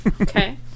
okay